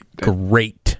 Great